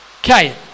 Okay